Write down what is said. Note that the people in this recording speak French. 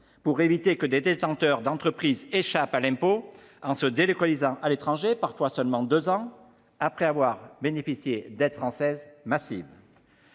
pour éviter que certains détenteurs d’entreprises échappent à l’impôt en se délocalisant à l’étranger, parfois seulement deux ans après avoir bénéficié d’aides publiques massives